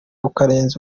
ukarenza